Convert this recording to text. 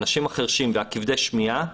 האנשים החירשים וכבדי השמיעה,